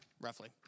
roughly